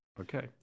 Okay